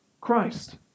Christ